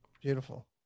Beautiful